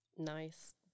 nice